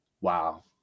wow